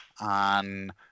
on –